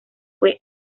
fue